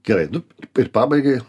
gerai nu ir pabaigai